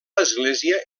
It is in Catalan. església